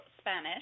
Spanish